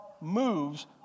moves